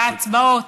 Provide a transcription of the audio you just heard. בהצבעות,